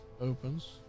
opens